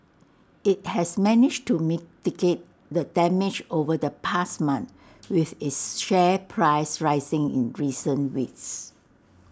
IT has managed to mitigate the damage over the past month with its share price rising in recent weeks